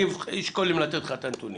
ואז אני אשקול אם לתת לך את הנתונים.